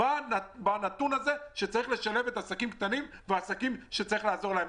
בנתון הזה שצריך לשלב עסקים קטנים ועסקים שצריך לעזור להם.